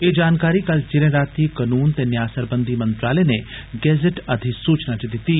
एह जानकारी कल चिरें राती कनून ते न्याय सरबंधी मंत्रालय नै गज़ट अधिसूचना च दित्ती